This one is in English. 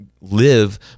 live